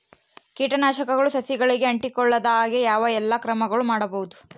ಕೇಟನಾಶಕಗಳು ಸಸಿಗಳಿಗೆ ಅಂಟಿಕೊಳ್ಳದ ಹಾಗೆ ಯಾವ ಎಲ್ಲಾ ಕ್ರಮಗಳು ಮಾಡಬಹುದು?